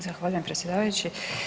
Zahvaljujem predsjedavajući.